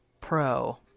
pro